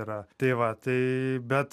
yra tai va tai bet